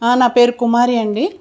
నా పేరు కుమారి అండి